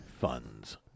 funds